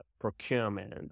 procurement